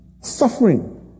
Suffering